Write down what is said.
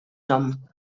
nom